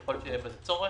ככל שיהיה בזה צורך.